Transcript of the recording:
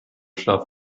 schlaf